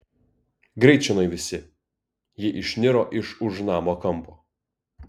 greit čionai visi ji išniro iš už namo kampo